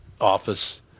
office